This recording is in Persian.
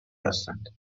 هستند